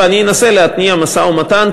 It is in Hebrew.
ואני אנסה להתניע משא-ומתן,